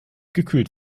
gekühlt